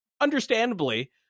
understandably